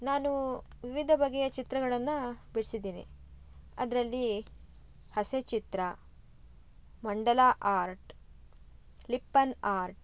ನಾನೂ ವಿವಿಧ ಬಗೆಯ ಚಿತ್ರಗಳನ್ನ ಬಿಡ್ಸಿದೀನಿ ಅದರಲ್ಲೀ ಹಸೆ ಚಿತ್ರ ಮಂಡಲ ಆರ್ಟ್ ಲಿಪ್ಪನ್ ಆರ್ಟ್